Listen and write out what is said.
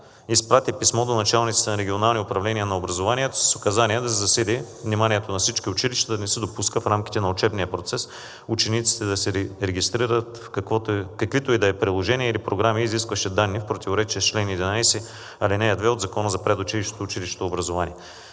изпрати писмо до началниците на регионални управления на образованието с указание да се засили вниманието на всички училища да не се допуска в рамките на учебния процес учениците да се регистрират в каквито и да е приложения или програми, изискващи данни в противоречие с чл. 11, ал. 2 от Закона за предучилищното и училищното образование.